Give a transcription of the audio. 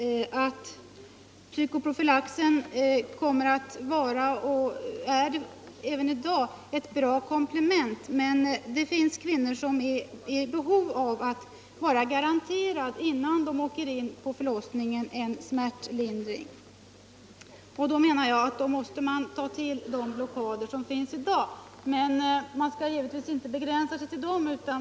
Psykoprofylaxmetoden kommer att vara och är redan i dag ett bra komplement, men det finns kvinnor som innan de åker in på förlossning har ett behov av att vara garanterade smärtlindring. Då måste man ta till de effektiva blockadmetoder som finns i dag. Men man skall givetvis inte begränsa sig till dem.